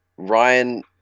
Ryan